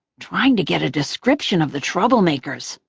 trying to get a description of the troublemakers.